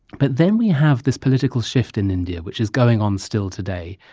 but then we have this political shift in india, which is going on still today,